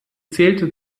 zählte